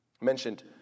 mentioned